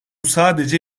sadece